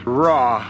raw